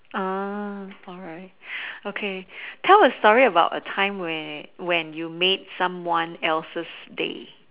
uh alright okay tell a story about a time where when you made someone else's day